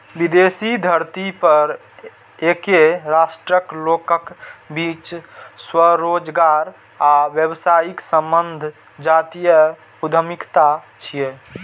विदेशी धरती पर एके राष्ट्रक लोकक बीच स्वरोजगार आ व्यावसायिक संबंध जातीय उद्यमिता छियै